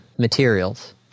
materials